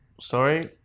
Sorry